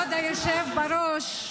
כבוד היושב-ראש,